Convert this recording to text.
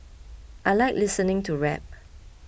I like listening to rap